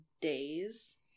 days